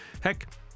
heck